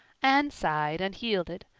anne sighed and yielded.